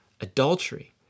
adultery